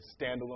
standalone